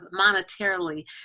monetarily